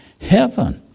heaven